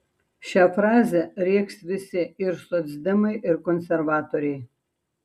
šią frazę rėks visi ir socdemai ir konservatoriai